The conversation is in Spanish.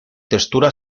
textura